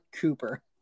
Cooper